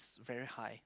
very high